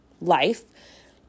life